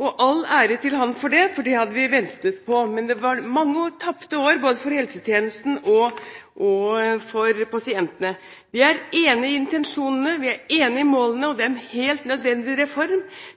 og all ære til ham for det, for det hadde vi ventet på. Men det var mange tapte år både for helsetjenesten og for pasientene. Vi er enig i intensjonene, vi er enig i målene, og det er en helt nødvendig reform,